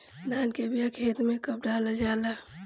धान के बिया खेत में कब डालल जाला?